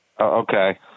Okay